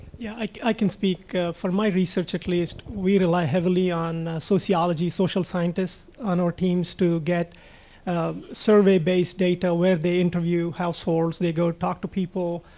yeah i can speak for my research at least, we rely heavily on sociology, social scientists on our teams to get survey-based data where they interview households. they go talk to people.